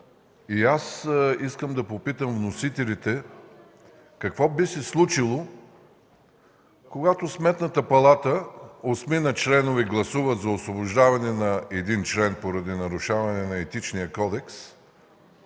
Искам да попитам вносителите: какво би се случило, когато в Сметната палата осмина членове гласуват за освобождаване на един член поради нарушаване на Етичния кодекс,